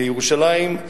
בירושלים,